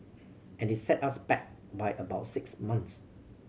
and it set us back by about six months